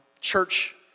church